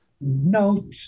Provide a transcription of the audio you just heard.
no